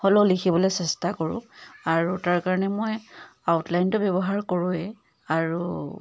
হ'লেও লিখিবলৈ চেষ্টা কৰোঁ আৰু তাৰ কাৰণে মই আউটলাইনটো ব্যৱহাৰ কৰোঁৱেই আৰু